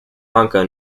lanka